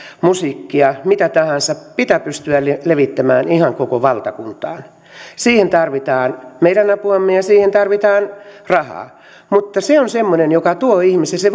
musiikkia mitä tahansa pitää pystyä levittämään ihan koko valtakuntaan siihen tarvitaan meidän apuamme ja siihen tarvitaan rahaa mutta se on semmoinen joka voimauttaa ihmisiä se